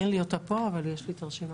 אין לי אותה פה אבל יש לי את הרשימה.